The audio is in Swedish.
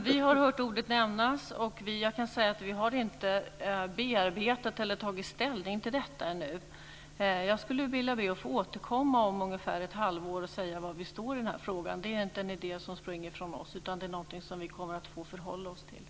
Fru talman! Vi har hört ordet nämnas. Vi har inte bearbetat eller tagit ställning till detta ännu. Jag skulle vilja be att få återkomma inom ett halvår och säga var vi står i frågan. Det är inte en idé som är sprungen från oss, utan det är någonting som vi kommer att få förhålla oss till.